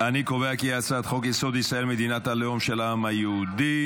אני קובע כי הצעת חוק-יסוד: ישראל מדינת הלאום של העם היהודי,